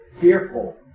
fearful